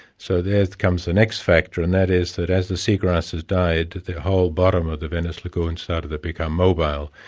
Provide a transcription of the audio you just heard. so there comes the next factor, and that is that as the seagrasses died, the whole bottom of the venice lagoon started to become mobile,